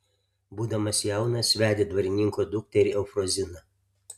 būdamas jaunas vedė dvarininko dukterį eufroziną